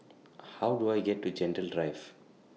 How Do I get to Gentle Drive